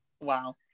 Wow